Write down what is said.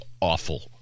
awful